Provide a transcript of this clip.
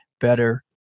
better